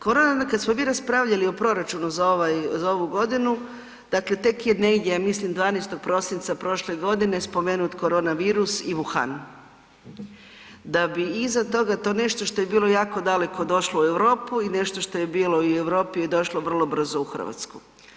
Korona kad smo mi raspravljali o proračunu za ovu godinu, dakle tek je negdje, ja mislim 12. prosinca prošle godine spomenut koronavirus i Wuhan, da bi iza toga to nešto što je bilo jako daleko došlo u Europu i nešto što je bilo i u Europi je došlo vrlo brzo u Hrvatsku.